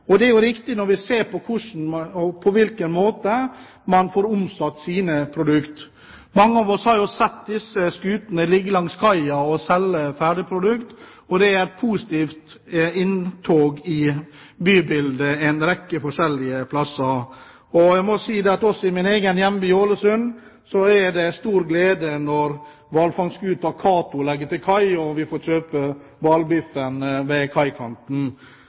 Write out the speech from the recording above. næringen. Det er jo riktig, når vi ser på hvordan og på hvilken måte man får omsatt sine produkter. Mange av oss har sett disse skutene ligge langs kaia og selge ferdigprodukter, og de er et positivt innslag i bybildet en rekke forskjellige steder. Også i min egen hjemby, Ålesund, er det stor glede når hvalfangstskuta «Kato» legger til kai og vi får kjøpe hvalbiffen ved kaikanten.